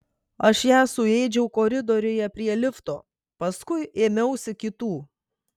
aš ją suėdžiau koridoriuje prie lifto paskui ėmiausi kitų